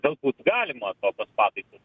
galbūt galimos tokios pataisos